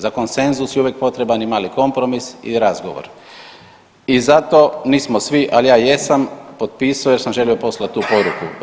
Za konsenzus je uvijek potreban i mali kompromis i razgovor i zato nismo svi, ali ja jesam potpisao jer sam želio poslat tu poruku.